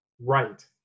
Right